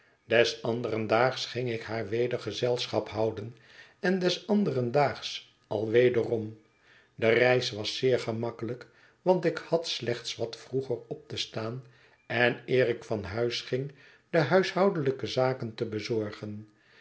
anderen daags ging ik haar weder gezelschap houden en des anderen daags al wederom de reis was zeer gemakkelijk want ik had slechts wat vroeger op te staan en eer ik van huis ging de huishoudelijke zaken te bezorgen